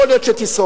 יכול להיות שתשרוד.